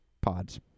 Pods